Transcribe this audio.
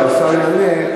כשהשר יענה,